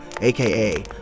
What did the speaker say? AKA